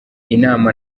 inama